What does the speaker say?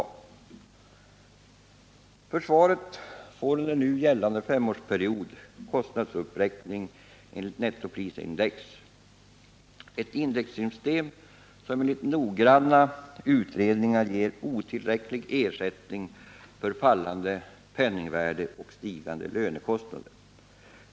Herr talman! Försvaret får under den nu gällande femårsperioden en kostnadsuppräkning enligt nettoprisindex — ett indexsystem som enligt noggranna utredningar ger otillräcklig ersättning för fallande penningvärde och stigande lönekostnader.